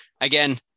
again